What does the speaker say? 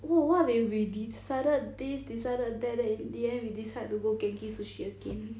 !whoa! what if we decided this decided that then in the end we decided to go Genki sushi again